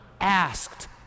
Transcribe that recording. asked